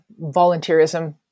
volunteerism